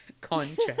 Contract